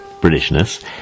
Britishness